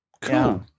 cool